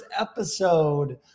episode